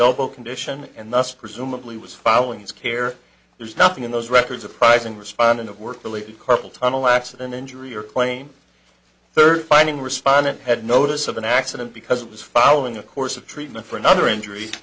e condition and thus presumably was following his care there is nothing in those records uprising responding to work related carpal tunnel accident injury or claim third finding respondent had notice of an accident because it was following a course of treatment for another injur